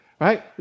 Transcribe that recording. right